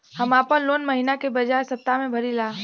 हम आपन लोन महिना के बजाय सप्ताह में भरीला